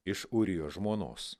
iš urijo žmonos